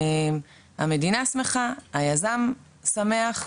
המדינה שמחה, היזם שמח,